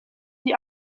die